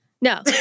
No